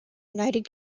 united